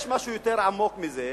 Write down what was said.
יש משהו יותר עמוק מזה,